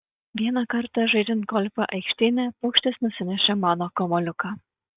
vieną kartą žaidžiant golfą aikštyne paukštis nusinešė mano kamuoliuką